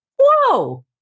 whoa